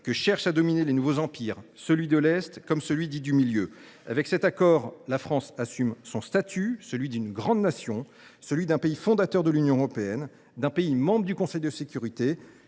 que cherchent à dominer les nouveaux empires, celui de l’Est comme celui dit du Milieu. Avec cet accord, la France assume son statut, celui d’une grande nation, d’un pays fondateur de l’Union européenne et d’un pays membre du Conseil de sécurité